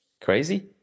crazy